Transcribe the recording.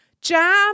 Jam